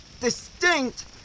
Distinct